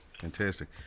Fantastic